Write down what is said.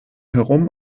herum